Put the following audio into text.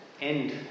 end